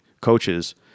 coaches